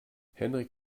henrik